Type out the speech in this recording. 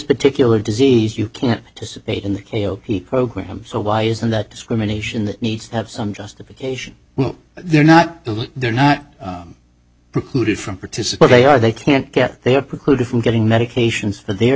particular disease you can't dissipate in the program so why isn't that discrimination that needs to have some justification they're not they're not precluded from participate they are they can't get they have precluded from getting medications for the